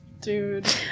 Dude